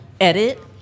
edit